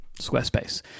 Squarespace